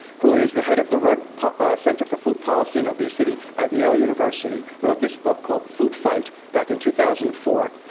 who is the head of the rudd center for food policy and obesity at yale university, wrote this book called food fight back in two thousand and four.